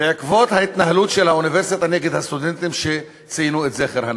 בעקבות ההתנהלות של האוניברסיטה נגד הסטודנטים שציינו את זכר הנכבה.